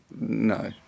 no